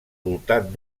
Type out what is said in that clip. voltant